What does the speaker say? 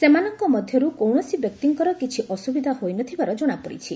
ସେମାନଙ୍କ ମଧ୍ୟରୁ କୌଣସି ବ୍ୟକ୍ତିଙ୍କର କିଛି ଅସୁବିଧା ହୋଇନଥିବାର ଜଣାପଡ଼ିଛି